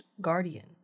guardian